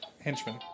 henchman